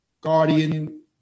guardian